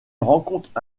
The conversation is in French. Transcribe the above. rencontre